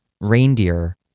Reindeer